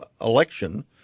election